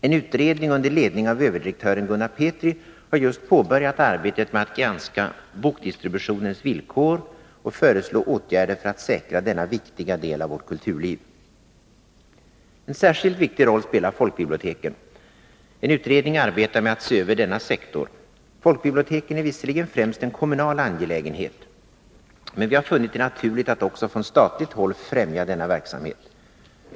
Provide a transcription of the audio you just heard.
En utredning under ledning av överdirektören Gunnar Petri har just påbörjat arbetet med att granska bokdistributionens villkor och föreslå åtgärder för att säkra denna viktiga del av vårt kulturliv. En särskilt viktig roll spelar folkbiblioteken. En utredning arbetar med att se över denna sektor. Folkbiblioteken är visserligen främst en kommunal angelägenhet, men vi har funnit det naturligt att också från statligt håll främja denna verksamhet.